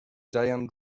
giant